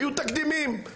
היו תקדימים,